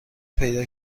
پیدا